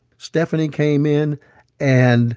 stephanie came in and